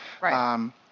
Right